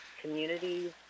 communities